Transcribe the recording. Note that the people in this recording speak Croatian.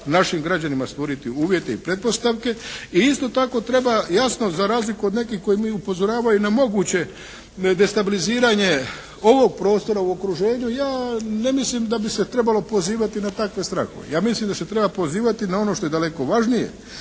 našim građanima stvoriti uvjete i pretpostavke i isto tako treba jasno za razliku od nekih koji upozoravaju na moguće destabiliziranje ovog prostora u okruženju ja ne mislim da bi se trebalo pozivati na takve strahove. Ja mislim da se treba pozivati na ono što je daleko važnije.